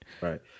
Right